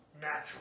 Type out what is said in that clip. natural